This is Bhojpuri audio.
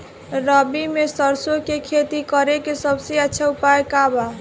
रबी में सरसो के खेती करे के सबसे अच्छा उपाय का बा?